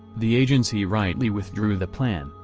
the agency rightly withdrew the plan,